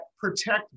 protect